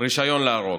רישיון להרוג.